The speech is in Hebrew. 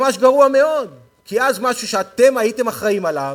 ממש גרוע מאוד, כי אז משהו שאתם הייתם אחראים לו,